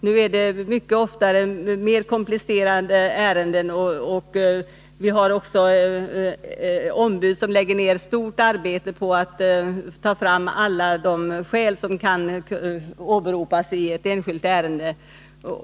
Nu är det mycket ofta mer komplicerade ärenden. Vi har också ombud som lägger ner stort arbete på att ta fram alla de skäl som kan åberopas i ett enskilt ärende.